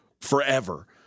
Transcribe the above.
forever